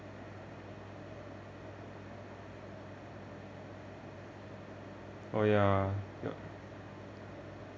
oh ya yup